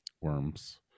worms